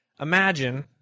imagine